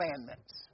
commandments